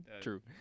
True